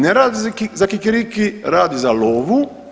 Ne radi za kikiriki, radi za lovu.